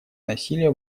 насилия